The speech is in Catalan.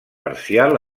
parcial